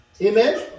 Amen